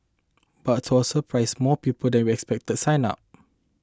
but to our surprise more people than we expected signed up